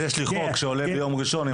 יש לי חוק שעולה ביום ראשון.